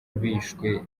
bishwe